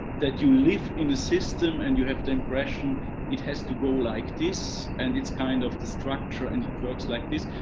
that you live in a system and you have the impression it has to go like this. and it's kind of the structure and it works like this.